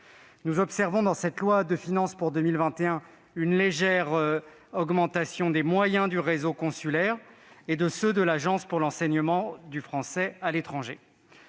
Nous observons, dans cette loi de finances pour 2021, une légère augmentation des moyens du réseau consulaire et de ceux de l'Agence pour l'enseignement français à l'étranger,